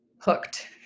hooked